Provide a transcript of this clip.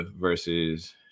versus